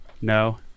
No